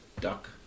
duck